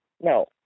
No